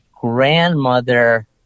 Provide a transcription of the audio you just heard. grandmother